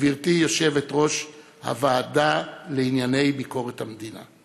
גברתי יושבת-ראש הוועדה לענייני ביקורת המדינה,